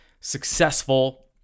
successful